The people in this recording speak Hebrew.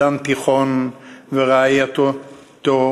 תוכנית ריאלית שתשכנע את העולם,